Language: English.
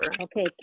Okay